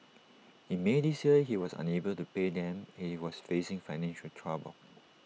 in may this year he was unable to pay them he was facing financial trouble